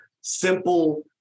simple